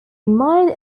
mild